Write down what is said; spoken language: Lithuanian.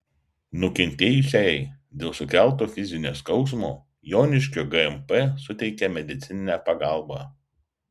nukentėjusiajai dėl sukelto fizinio skausmo joniškio gmp suteikė medicininę pagalbą